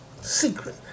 secret